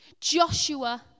Joshua